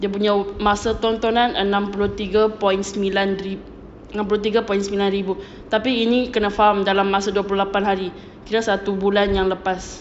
dia punya masa tontonan enam puluh tiga point sembilan ribu enam puluh tiga point sembilan ribu tapi ini kena faham dalam masa dua puluh hari kira satu bulan yang lepas